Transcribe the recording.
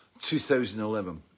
2011